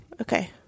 Okay